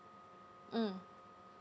mm